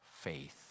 faith